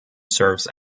serves